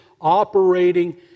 operating